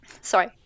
sorry